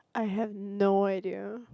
I have no idea